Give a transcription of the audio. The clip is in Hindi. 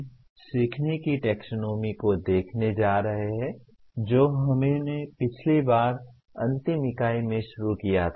हम सीखने की टैक्सोनॉमी को देखने जा रहे हैं जो हमने पिछली बार अंतिम इकाई में शुरू किया था